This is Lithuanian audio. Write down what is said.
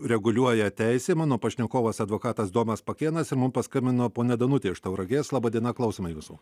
reguliuoja teisė mano pašnekovas advokatas domas pakėnas ir mums paskambino ponia danutė iš tauragės laba diena klausome visų